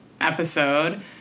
episode